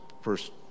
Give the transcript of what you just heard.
first